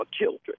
children